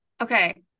Okay